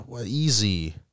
Easy